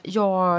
jag